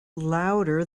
louder